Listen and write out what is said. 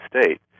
state